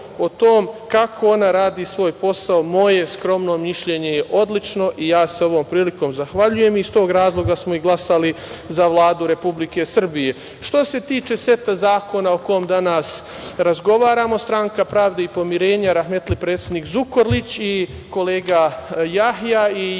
o tome kako ona radi svoj posao, moje skromno mišljenje je odlično i ja se ovom prilikom zahvaljujem i iz tog razloga smo glasali za Vladu Republike Srbije. Što se tiče seta zakona o kome danas razgovaramo, stranka Pravde i pomirenja, rahmetli predsednik Zukorlić i kolega Jahja i